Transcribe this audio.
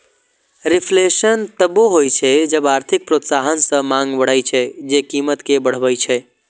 reflation तबो होइ छै जब आर्थिक प्रोत्साहन सं मांग बढ़ै छै, जे कीमत कें बढ़बै छै